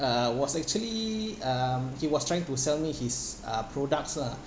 uh was actually um he was trying to sell me his uh products lah